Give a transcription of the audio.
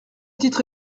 titre